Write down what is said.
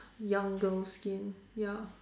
young girls skin ya